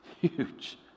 Huge